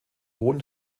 hohen